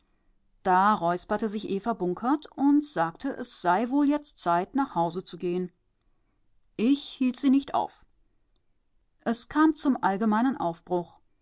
da räusperte sich eva bunkert und sagte es sei wohl jetzt zeit nach hause zu gehen ich hielt sie nicht auf es kam zum allgemeinen aufbruch